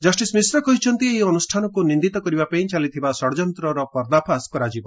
justice Mishra କହିଛନ୍ତି ଏହି ଅନୁଷ୍ଠାନକୁ ନିନ୍ଦିତ କରିବା ପାଇଁ ଚାଲିଥିବା ଷଡଯନ୍ତ୍ର ପର୍ଦ୍ଧାଫାସ କରାଯିବ